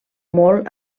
molt